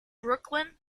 brooklyn